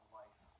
life